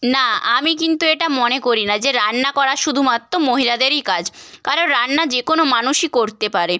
না আমি কিন্তু এটা মনে করি না যে রান্না করা শুধুমাত্র মহিলাদেরই কাজ কারণ রান্না যে কোনো মানুষই করতে পারে